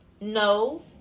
No